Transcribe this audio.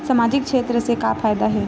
सामजिक क्षेत्र से का फ़ायदा हे?